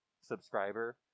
subscriber